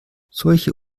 solche